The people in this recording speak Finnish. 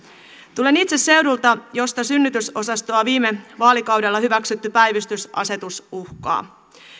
tulen itse seudulta josta synnytysosastoa viime vaalikaudella hyväksytty päivystysasetus uhkaa